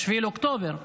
7 באוקטובר,